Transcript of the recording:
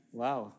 wow